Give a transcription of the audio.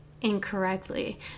incorrectly